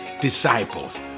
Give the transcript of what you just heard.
disciples